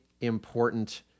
important